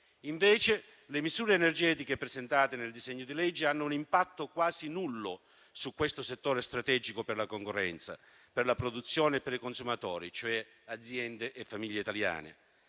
Invece, le misure energetiche presentate nel disegno di legge hanno un impatto quasi nullo su questo settore strategico per la concorrenza, per la produzione e per i consumatori, cioè aziende e famiglie italiane.